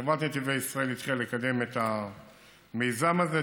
חברת נתיבי ישראל התחילה לקדם את המיזם הזה,